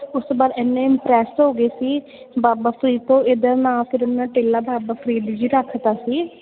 ਉਸ ਤੋਂ ਬਾਅਦ ਇੰਨੇ ਇੰਪਰੈਸ ਹੋ ਗਏ ਸੀ ਬਾਬਾ ਫ਼ਰੀਦ ਤੋਂ ਇਹਦਾ ਨਾਂ ਫਿਰ ਉਨ੍ਹਾਂ ਟਿੱਲਾ ਬਾਬਾ ਫ਼ਰੀਦ ਜੀ ਰੱਖਤਾ ਸੀ